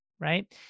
right